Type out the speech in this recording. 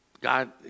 God